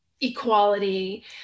equality